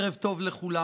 ערב טוב לכולם.